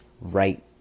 right